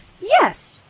Yes